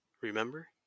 Remember